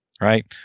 Right